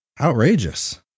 outrageous